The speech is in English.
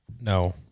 No